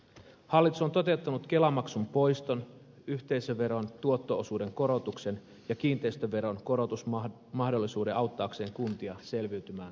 hallitus on toteuttanut kelamaksun poiston yhteisöveron tuotto osuuden korotuksen ja kiinteistöveron korotusmahdollisuuden auttaakseen kuntia selviytymään taantumasta